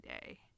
day